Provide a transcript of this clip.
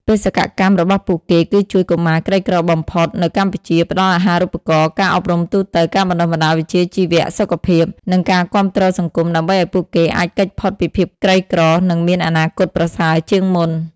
បេសកកម្មរបស់ពួកគេគឺជួយកុមារក្រីក្របំផុតនៅកម្ពុជា ផ្តល់អាហារូបករណ៍ ការអប់រំទូទៅ ការបណ្តុះបណ្តាលវិជ្ជាជីវៈ សុខភាព និងការគាំទ្រសង្គម ដើម្បីឱ្យពួកគេអាចគេចផុតពីភាពក្រីក្រ និងមានអនាគតប្រសើរជាងមុន ។